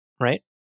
right